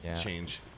change